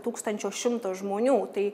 tūkstančio šimto žmonių tai